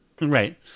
Right